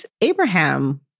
Abraham